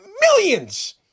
millions